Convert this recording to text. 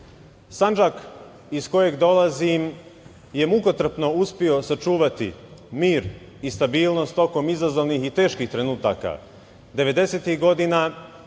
Sandžak iz kojeg dolazim je mukotrpno uspeo sačuvati mir i stabilnost tokom izazovnih i teškim trenutaka. Devedesetih